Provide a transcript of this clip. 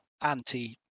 anti